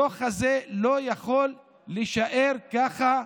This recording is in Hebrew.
הדוח הזה לא יכול להישאר ככה,